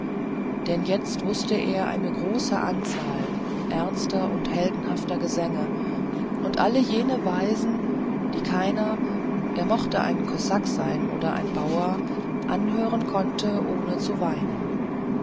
denn er wußte eine große anzahl ernster und heldenhafter gesänge und alle jene weisen die keiner er mochte ein kosak sein oder ein bauer anhören konnte ohne zu weinen